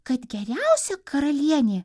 kad geriausia karalienė